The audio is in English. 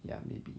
ya maybe